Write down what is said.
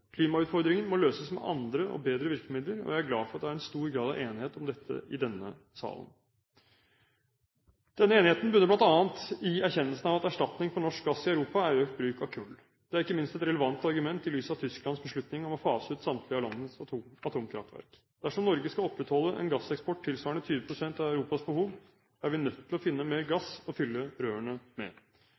må løses med andre og bedre virkemidler, og jeg er glad for at det er en stor grad av enighet om dette i denne salen. Denne enigheten bunner bl.a. i erkjennelsen av at erstatning for norsk gass i Europa er økt bruk av kull. Det er ikke minst et relevant argument i lys av Tysklands beslutning om å fase ut samtlige av landets atomkraftverk. Dersom Norge skal opprettholde en gasseksport tilsvarende 20 pst. av Europas behov, er vi nødt til å finne mer gass å fylle rørene med.